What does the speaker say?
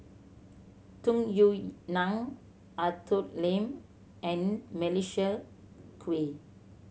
Tung Yue Nang Arthur Lim and Melissa Kwee